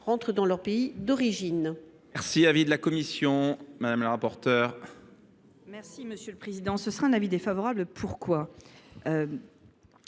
rentrent dans leur pays d’origine.